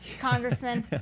Congressman